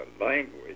language